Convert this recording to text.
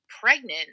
pregnant